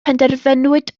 penderfynwyd